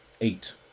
Eight